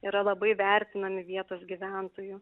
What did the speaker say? yra labai vertinami vietos gyventojų